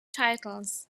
titles